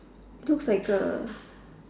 looks like A